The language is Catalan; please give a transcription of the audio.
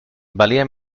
valia